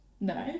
No